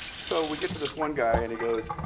so we get to this one guy, and he goes,